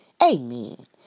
Amen